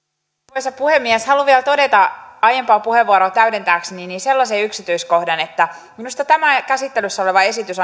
arvoisa puhemies haluan vielä todeta aiempaa puheenvuoroa täydentääkseni sellaisen yksityiskohdan että minusta tämä käsittelyssä oleva esitys